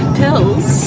pills